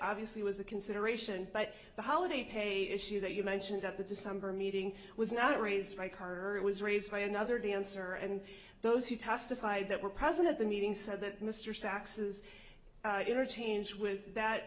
obviously was a consideration but the holiday pay issue that you mentioned at the december meeting was not raised by car or it was raised by another dancer and those who testified that were present at the meeting said that mr sax's interchange with that